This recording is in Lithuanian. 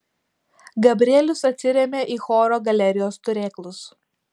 gabrielius atsirėmė į choro galerijos turėklus